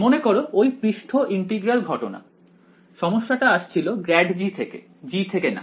মনে করো ওই পৃষ্ঠ ইন্টিগ্রাল ঘটনা সমস্যাটা আসছিল ∇g থেকে g থেকে না